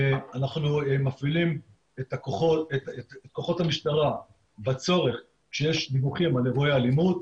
אנחנו מפעילים את כוחות המשטרה בצורך כשיש דיווחים על אירועי אלימות.